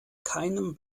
keinem